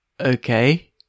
Okay